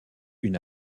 une